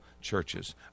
churches